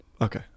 Okay